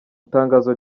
itangazo